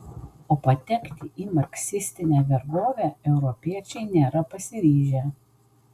o patekti į marksistinę vergovę europiečiai nėra pasiryžę